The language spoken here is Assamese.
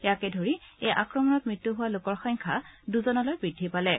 ইয়াকে ধৰি এই আক্ৰমণত মৃত্যু ঘটা লোকৰ সংখ্যা দুজনলৈ বৃদ্ধি পালে